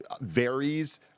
varies